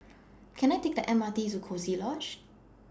Can I Take The M R T to Coziee Lodge